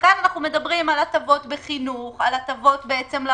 כאן אנחנו מדברים על הטבות בחינוך, על